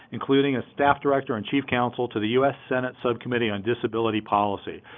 including a staff director and chief counsel to the us senate subcommittee on disability policy,